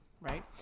right